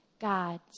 God